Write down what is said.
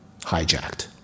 Hijacked